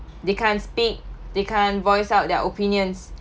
they can't speak they can't voice out their opinions